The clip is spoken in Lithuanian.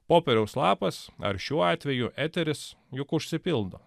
popieriaus lapas ar šiuo atveju eteris juk užsipildo